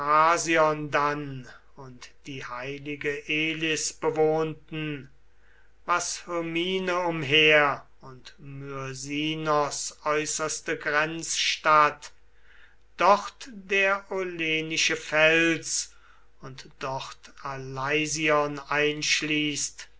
und die heilige elis bewohnten was hyrmine umher und myrsinos äußerste grenzstadt dort der olenische fels und dort aleision einschließt